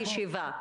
בבקשה.